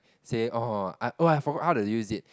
said oh I oh I forgot how to use it